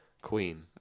queen